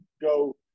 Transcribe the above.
go